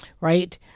right